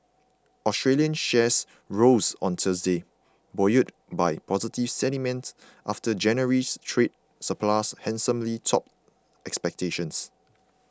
Australian shares rose on Thursday buoyed by positive sentiment after January's trade surplus handsomely topped expectations